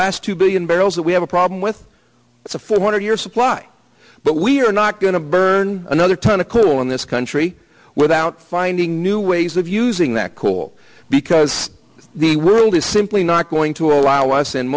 last two billion barrels that we have a problem with the four hundred year supply but we are not going to burn another ten acquittal in this country without finding new ways of using that coal because the world is simply not going to allow us and